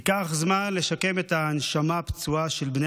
ייקח זמן לשקם את הנשמה הפצועה של בני